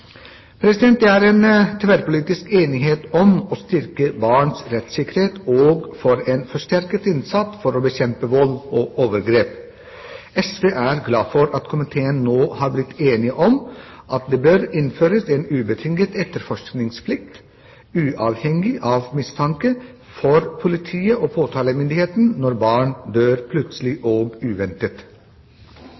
Det er tverrpolitisk enighet om å styrke barns rettssikkerhet og om en forsterket innsats for å bekjempe vold og overgrep. SV er glad for at komiteen nå har blitt enig om at det bør innføres en ubetinget etterforskningsplikt, uavhengig av mistanke, for politiet og påtalemyndigheten når barn dør plutselig